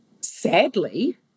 Sadly